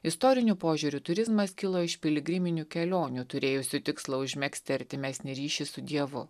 istoriniu požiūriu turizmas kilo iš piligriminių kelionių turėjusių tikslą užmegzti artimesnį ryšį su dievu